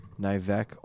Nivek